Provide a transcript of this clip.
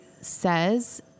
says